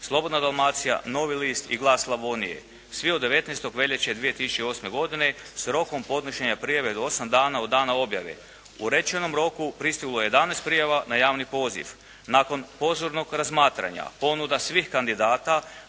"Slobodna Dalmacija", "Novi list" i "Glas Slavonije" svi od 19. veljače 2008. godine s rokom podnošenja prijave do osam dana od dana objave. U rečenom roku pristiglo je 11 prijava na javni poziv. Nakon pozornog razmatranja ponuda svih kandidata